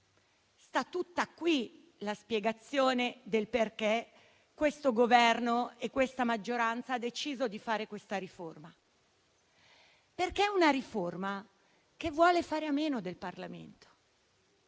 sta tutta qui la spiegazione del perché questo Governo e questa maggioranza hanno deciso di varare questa riforma: perché è una riforma che vuole fare a meno del Parlamento